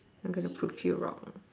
I'm gonna prove you wrong